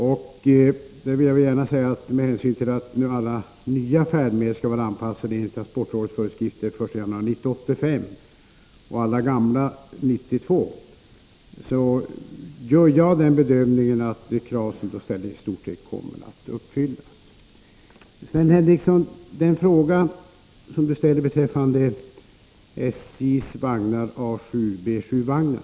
Med hänsyn till att enligt transportrådets föreskrifter alla nya färdmedel skall vara anpassade den 1 januari 1985 och alla gamla år 1992 gör jag den bedömningen att det uppställda kravet i stort sett kommer att uppfyllas. Sven Henricsson ställde vidare en fråga om SJ:s A7 och B7-vagnar.